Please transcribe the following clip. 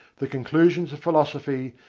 the conclusions of philosophy,